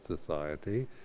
society